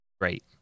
great